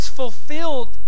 fulfilled